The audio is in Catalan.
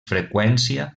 freqüència